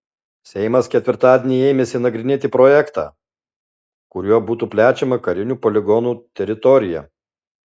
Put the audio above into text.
seimas ketvirtadieni ėmėsi nagrinėti projektą kuriuo būtų plečiama karinių poligonų teritorija